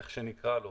איך שנקרא לו,